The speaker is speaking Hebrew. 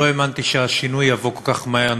לא האמנתי שהשינוי יבוא כל כך מהר.